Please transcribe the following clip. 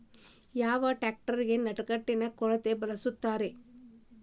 ಯಾವ ಟ್ರ್ಯಾಕ್ಟರಗೆ ನಡಕಟ್ಟಿನ ಕೂರಿಗೆ ಬಳಸುತ್ತಾರೆ?